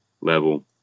level